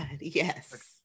yes